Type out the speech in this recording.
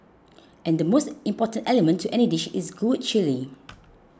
and the most important element to any dish is good chilli